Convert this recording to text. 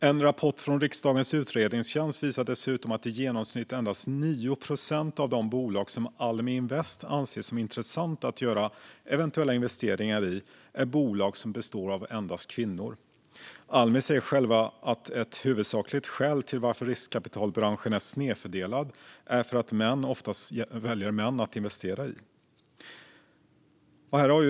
En rapport från riksdagens utredningstjänst visar dessutom att i genomsnitt endast 9 procent av de bolag som Almi Invest anser som intressanta att göra eventuella investeringar i är bolag som består av endast kvinnor. Almi säger själva att ett huvudsakligt skäl till att riskkapitalbranschen är snedfördelad är att män oftast väljer att investera i män.